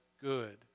good